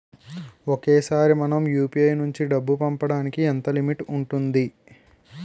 ఒకేసారి మనం యు.పి.ఐ నుంచి డబ్బు పంపడానికి ఎంత లిమిట్ ఉంటుంది?